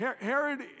Herod